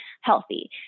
healthy